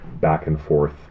back-and-forth